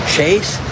Chase